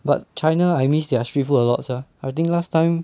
but china I miss their street food a lot sia I think last time